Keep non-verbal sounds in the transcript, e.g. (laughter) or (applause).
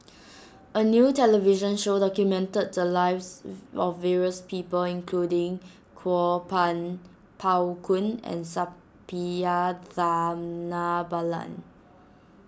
a new television show documented the lives (unintelligible) of various people including Kuo Pan Pao Kun and Suppiah Dhanabalan